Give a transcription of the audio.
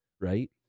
right